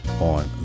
on